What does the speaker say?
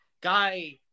Guy